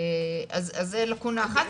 אז זאת לקונה אחת.